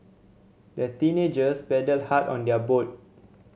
the teenagers paddled hard on their boat